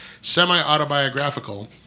semi-autobiographical